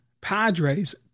Padres